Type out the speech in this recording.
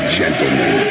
gentlemen